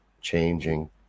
changing